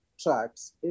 tracks